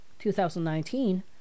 2019